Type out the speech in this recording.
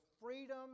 freedom